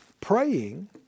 praying